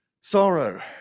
Sorrow